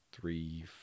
Three